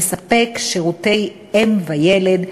המספק שירותי אם וילד,